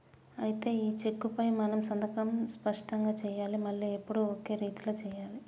అయితే ఈ చెక్కుపై మనం సంతకం స్పష్టంగా సెయ్యాలి మళ్లీ ఎప్పుడు ఒకే రీతిలో సెయ్యాలి